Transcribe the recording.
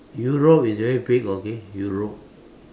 Europe is very big okay Europe